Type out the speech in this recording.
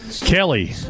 Kelly